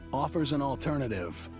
offers an alternative.